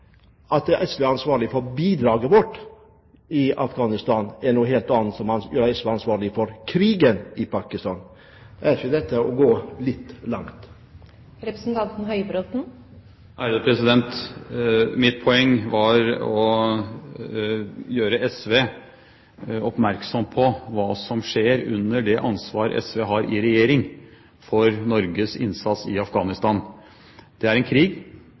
er noe helt annet, og noe som SV kan gjøres ansvarlig for, men ikke for krigen i Afghanistan. Er ikke dette å gå litt langt? Mitt poeng var å gjøre SV oppmerksom på hva som skjer under det ansvar SV har i regjering for Norges innsats i Afghanistan. Det er en krig,